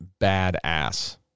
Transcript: badass